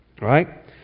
Right